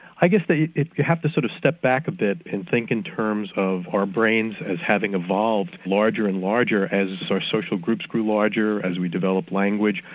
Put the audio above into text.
i guess that you have to sort of step back a bit and think in terms of our brains as having evolved larger and larger as social groups grew larger, as we developed language.